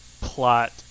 plot